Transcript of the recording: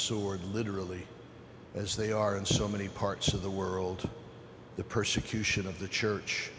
sword literally as they are in so many parts of the world the persecution of the church